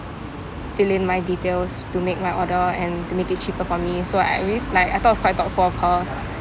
fill in my details to make my order and to make it cheaper for me so I really like I thought that was quite thoughtful of her